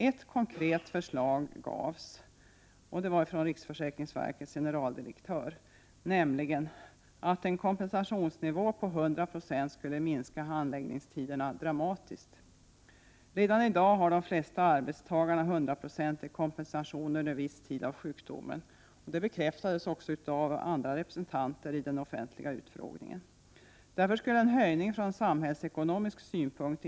Ett konkret förslag gavs, och det kom från riksförsäkringsverkets generaldirektör, nämligen att en kompensationsnivå på 100 96 skulle minska handläggningstiderna dramatiskt. Redan i dag har de flesta arbetstagare en SsKunvc cen nojmng une VvEtyva SpeECICHt INYCKEL UP SAMHaålseERKUHORUSK synpunkt.